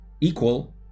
equal